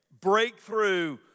breakthrough